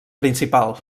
principal